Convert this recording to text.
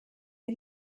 ari